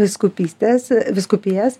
vyskupystes vyskupijas